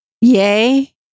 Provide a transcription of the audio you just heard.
Yay